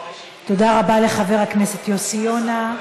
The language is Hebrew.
תודה רבה לחבר הכנסת יוסי יונה.